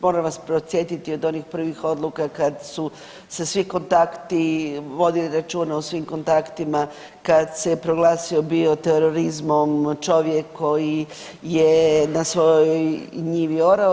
Moram vas podsjetiti od onih prvih odluka kad su se svi kontakti vodili računa o svim kontaktima, kad se proglasio bio terorizmom čovjek koji je na svojoj njivi orao.